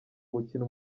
gukina